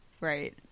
Right